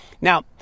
Now